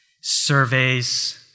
surveys